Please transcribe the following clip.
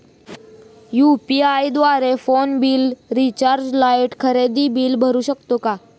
UPI द्वारे phone bill, recharge, light, खरेदी bill भरू शकतो का?